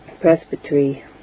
Presbytery